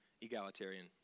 egalitarian